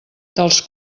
dels